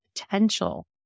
potential